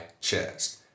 chest